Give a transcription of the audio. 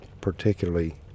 particularly